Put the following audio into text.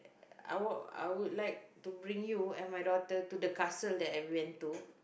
I would I would like to bring you and my daughter to the castle that I went to